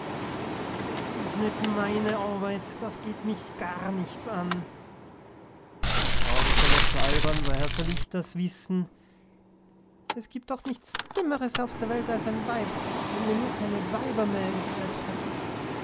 das ist nicht meine arbeit das geht mich gar nichts an fragen sie nicht so albern woher soll ich das wissen es gibt doch nichts dümmeres auf der welt als ein weib wenn wir nur keine weiber mehr im geschäft hätten